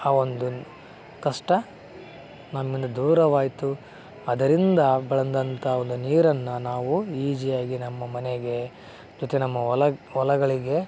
ಆ ಒಂದನ್ ಕಷ್ಟ ನಮ್ಮಿಂದ ದೂರವಾಯಿತು ಅದರಿಂದ ಬಂದಂಥ ಒಂದು ನೀರನ್ನು ನಾವು ಈಜಿಯಾಗಿ ನಮ್ಮ ಮನೆಗೆ ಜೊತೆ ನಮ್ಮ ಒಲಗ್ ಹೊಲಗಳಿಗೆ